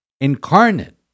incarnate